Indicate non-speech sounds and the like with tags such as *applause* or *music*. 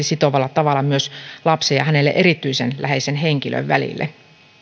*unintelligible* sitovalla tavalla myös lapsen ja hänelle erityisen läheisen henkilön välille